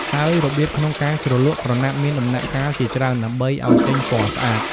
ហើយរបៀបក្នុងការជ្រលក់ក្រណាត់មានដំណាក់កាល ជាច្រើនដើម្បីអោយចេញពណ៌ស្អាត ។